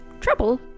trouble